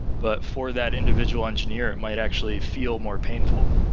but for that individual engineer it might actually feel more painful.